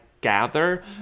gather